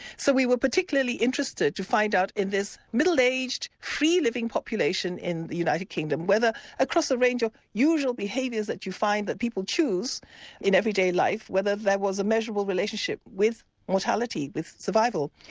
so we were particularly interested to find out in this middle-aged, free-living population in the united kingdom whether across a range of usual behaviours that you find that people choose in everyday life, whether there was a measurable relationship with mortality, with survival.